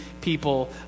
people